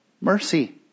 mercy